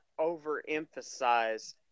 overemphasize